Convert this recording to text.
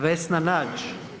Vesna Nađ.